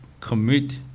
commit